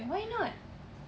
why not